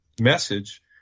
message